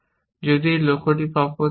যদি আমি লক্ষ্যটি পপ করতে পারি